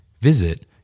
Visit